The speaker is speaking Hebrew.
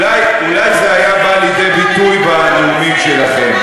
אולי זה היה בא לידי ביטוי בנאומים שלכם.